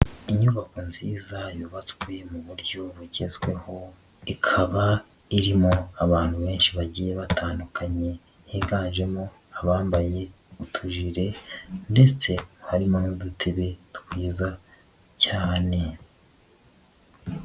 Inyubako nziza yubatswe mu buryo bugezweho ikaba irimo abantu benshi bagiye batandukanye higanjemo abambaye utujiee ndetse harimo n'udutebe twiza cyane.